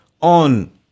on